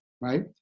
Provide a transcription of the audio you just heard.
right